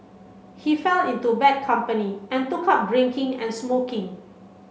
he fell into bad company and took up drinking and smoking